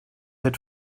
had